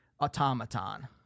automaton